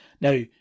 Now